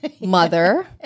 mother